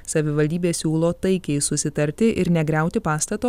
savivaldybė siūlo taikiai susitarti ir negriauti pastato